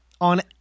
On